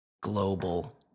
global